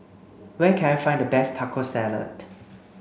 where can I find the best Taco Salad